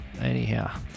Anyhow